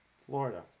Florida